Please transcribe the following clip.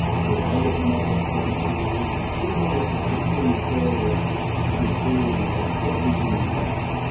george eliot the novelist went to. tyndall was particularly notorious for his theory that everything was matter.